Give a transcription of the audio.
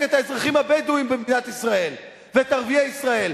את האזרחים הבדואים במדינת ישראל ואת ערביי ישראל.